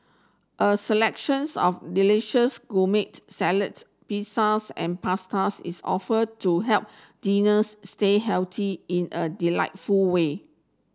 a selections of delicious gourmet salads pizzas and pastas is offer to help stay healthy in a delightful way